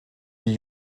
die